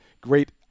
great